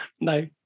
no